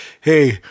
hey